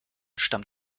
stammt